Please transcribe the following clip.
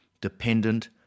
dependent